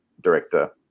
director